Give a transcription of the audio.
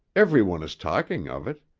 everyone is talking of it.